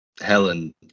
Helen